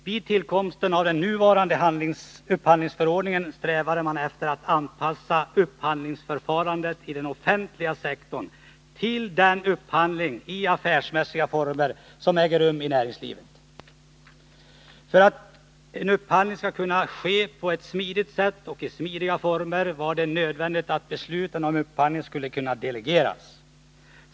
Vid tillkomsten av den nuvarande upphandlingsförordningen strävade man efter att anpassa upphandlingsförfarandet i den offentliga sektorn till den upphandling i affärsmässiga former som äger rum i näringslivet. För att upphandling skulle kunna ske på ett smidigt sätt och i smidiga former var det nödvändigt att besluten om upphandling skulle kunna delegeras.